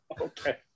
Okay